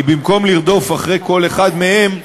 כי במקום לרדוף אחרי כל אחד מהם,